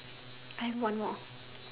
I have one more